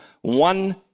one